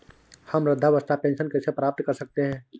हम वृद्धावस्था पेंशन कैसे प्राप्त कर सकते हैं?